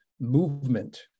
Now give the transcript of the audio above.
movement